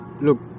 look